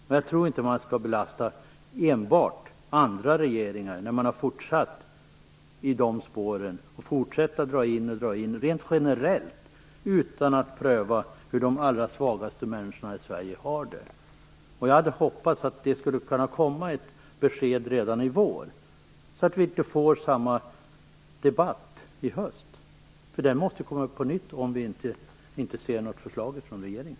Men jag tror inte att man skall belasta enbart andra regeringar, när man har fortsatt i de spåren och när man fortsätter att dra in och dra in rent generellt utan att pröva hur de allra svagaste människorna i Sverige har det. Jag hade hoppats att det skulle kunna komma ett besked redan i vår, så att vi inte får samma debatt i höst. För det här måste komma upp på nytt om vi inte ser något förslag från regeringen.